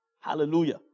Hallelujah